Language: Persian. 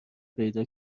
پیدا